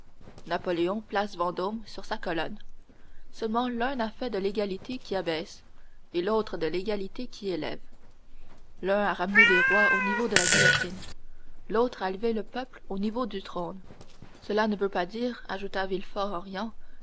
place vendôme sur sa colonne seulement l'un a fait de l'égalité qui abaisse et l'autre de l'égalité qui élève l'un a ramené les rois au niveau de la guillotine l'autre a élevé le peuple au niveau du trône cela ne veut pas dire ajouta